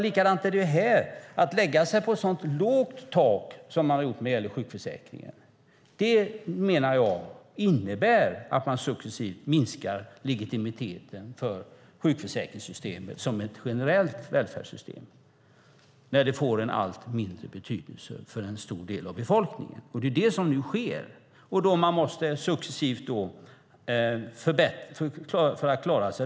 Likadant är det här; jag menar att när man lägger sig på ett så lågt tak som man har gjort när det gäller sjukförsäkringen innebär det att man successivt minskar legitimiteten för sjukförsäkringssystemet som ett generellt välfärdssystem. Det får en allt mindre betydelse för en stor del av befolkningen. Det är det som nu sker.